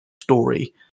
story